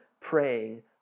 praying